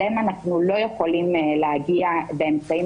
אליהם אנחנו לא יכולים להגיע באמצעים